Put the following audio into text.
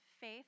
faith